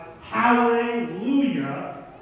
Hallelujah